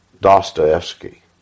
Dostoevsky